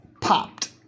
popped